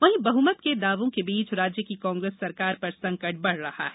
वहीं बहमत के दावों के बीच राज्य की कांग्रेस सरकार पर संकट बढ़ रहा है